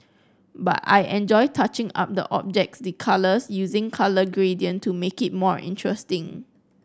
but I enjoy touching up the objects the colours using colour gradient to make it more interesting